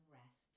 rest